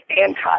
anti –